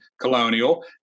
Colonial